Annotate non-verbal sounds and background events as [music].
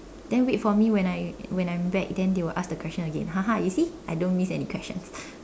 then wait for me when I when I'm back then they will ask the question again [laughs] you see I don't miss any questions